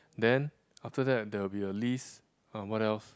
then after that there will be a list uh what else